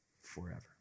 forever